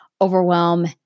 overwhelm